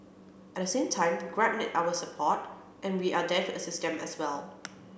at the same time grab need our support and we are there assist them as well